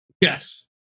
Yes